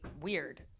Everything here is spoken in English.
weird